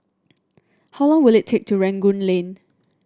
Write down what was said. how long will it take to Rangoon Lane